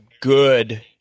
good